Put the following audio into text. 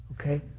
okay